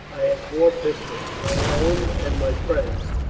i had four pistols, my own and my friend's,